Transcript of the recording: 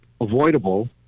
avoidable